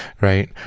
right